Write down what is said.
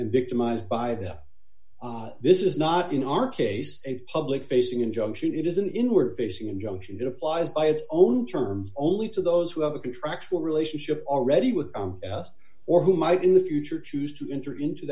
and victimized by them this is not in our case a public facing injunction it is an inward facing injunction that applies by its own terms only to those who have a contractual relationship already with us or who might in the future choose to enter into